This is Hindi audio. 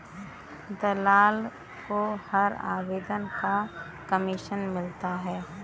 दलाल को हर आवेदन का कमीशन मिलता है